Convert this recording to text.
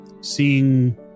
seeing